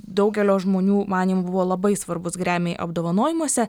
daugelio žmonių manymu buvo labai svarbus gremi apdovanojimuose